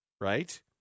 right